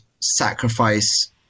sacrifice